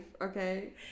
okay